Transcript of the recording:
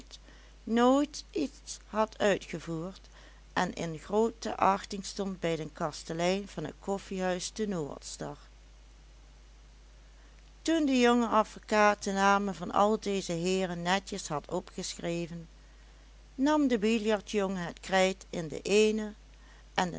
nooit iets had uitgevoerd en in groote achting stond bij den kastelein van het koffiehuis de noordstar toen de jonge advocaat de namen van al deze heeren netjes had opgeschreven nam de biljartjongen het krijt in de eene en